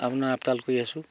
আপোনাৰ আপডাল কৰি আছো